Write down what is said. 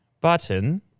button